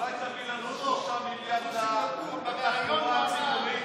אולי תביא לנו 6 מיליארד לתחבורה הציבורית?